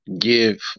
give